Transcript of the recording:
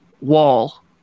Wall